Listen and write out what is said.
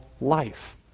life